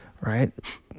right